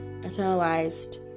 internalized